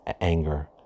anger